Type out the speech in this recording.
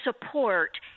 support